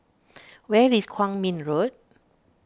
where is Kwong Min Road